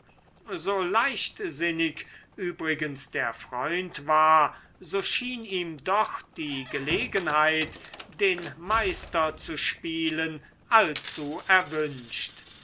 so leichtsinnig übrigens der freund war so schien ihm doch die gelegenheit den meister zu spielen allzu erwünscht